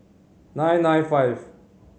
nine nine five